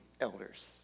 elders